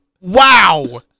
Wow